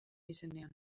izenean